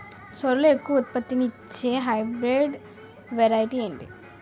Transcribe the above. సోరలో ఎక్కువ ఉత్పత్తిని ఇచే హైబ్రిడ్ వెరైటీ ఏంటి?